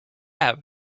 have